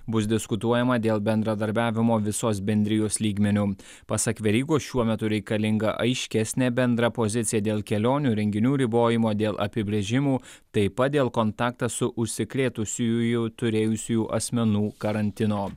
bus diskutuojama dėl bendradarbiavimo visos bendrijos lygmeniu pasak verygos šiuo metu reikalinga aiškesnė bendra pozicija dėl kelionių renginių ribojimo dėl apibrėžimų taip pat dėl kontaktą su užsikrėtusiųjų turėjusiųjų asmenų karantino